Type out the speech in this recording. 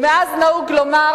ומאז נהוג לומר,